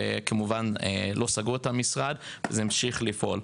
ואז כמובן לא סגרו את המשרד והוא המשיך לפעול.